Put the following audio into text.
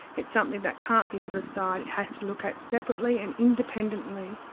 it's something that can't be put aside, it has to look at separately and independently,